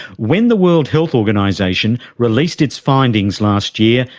when the world health organisation released its findings last year,